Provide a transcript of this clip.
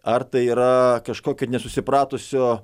ar tai yra kažkokio nesusipratusio